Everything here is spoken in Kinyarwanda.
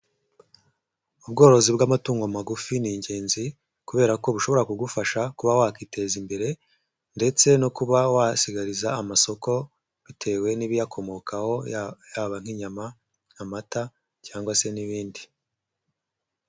Ubworozi bw'amatungo magufi ni ingenzi kubera ko bishobora kugufasha kuba wakiteza imbere ndetse no kuba wasigariza amasoko, bitewe n'ibiyakomokaho, yababa nk'inyama, amata cyangwa se n'ibindi.